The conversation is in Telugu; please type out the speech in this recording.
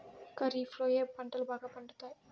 ఖరీఫ్లో ఏ పంటలు బాగా పండుతాయి?